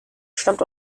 stammt